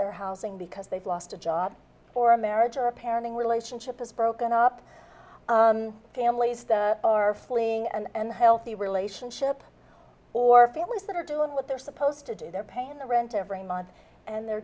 their housing because they've lost a job for a marriage or a parenting relationship is broken up families are fleeing and healthy relationship or families that are doing what they're supposed to do they're paying the rent every month and they're